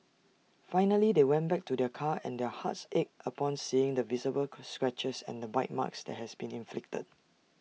finally they went back to their car and their hearts ached upon seeing the visible scratches and bite marks that had been inflicted